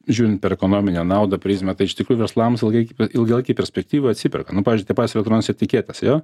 žiūrint per ekonominę naudą prizmę tai iš tikrųjų verslams ilgai bet ilgalaikėj perspektyvoj atsiperka nu pavyzdžiui tie patys elektroninės etiketės jo